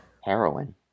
Heroin